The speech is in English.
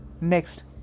next